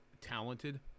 talented